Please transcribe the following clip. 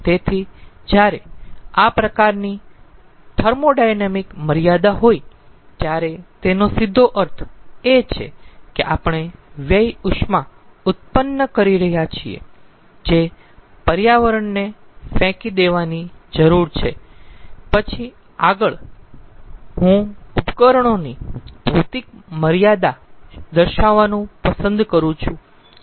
તેથી જ્યારે આ પ્રકારની થર્મોોડાયનેમિક મર્યાદા હોય ત્યારે તેનો સીધો અર્થ એ છે કે આપણે વ્યય ઉષ્મા ઉત્પન્ન કરી રહ્યા છીએ જે પર્યાવરણને ફેંકી દેવાની જરૂર છે પછી આગળ હું ઉપકરણોની ભૌતિક મર્યાદા દર્શાવવાનું પસંદ કરું છું